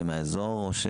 מהאזור?